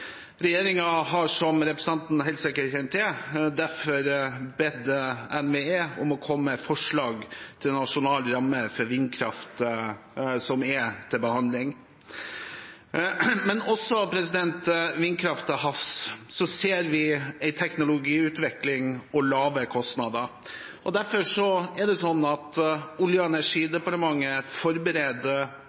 har derfor, som representanten Barth Eide helt sikkert kjenner til, bedt NVE om å komme med forslag til nasjonale rammer for vindkraft – som er til behandling. Når det gjelder vindkraft til havs, ser vi en teknologiutvikling og lavere kostnader. Derfor forbereder Olje- og